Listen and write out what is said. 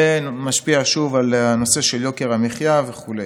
ומשפיע שוב על הנושא של יוקר המחיה וכו'.